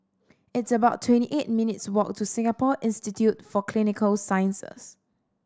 it's about twenty eight minutes' walk to Singapore Institute for Clinical Sciences